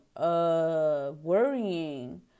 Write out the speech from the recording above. worrying